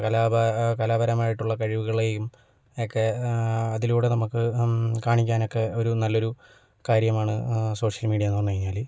കലാപ കലാപരമായിട്ടുള്ള കഴിവുകളെയും ഒക്കെ അതിലൂടെ നമുക്ക് കാണിക്കാനൊക്കെ ഒരു നല്ലൊരു കാര്യമാണ് സോഷ്യൽ മീഡിയയെന്ന് പറഞ്ഞു കഴിഞ്ഞാൽ